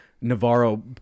Navarro